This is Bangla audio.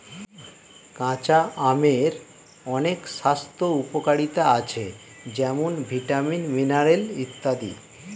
কাঁচা আমের অনেক স্বাস্থ্য উপকারিতা আছে যেমন ভিটামিন, মিনারেল ইত্যাদি